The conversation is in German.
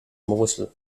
mosel